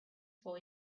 for